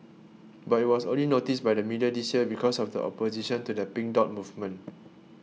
but it was only noticed by the media this year because of the opposition to the Pink Dot movement